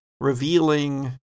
revealing